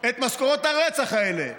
את משכורות הרצח האלה.